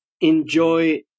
enjoy